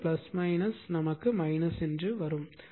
எனவே நமக்கு கிடைக்கும்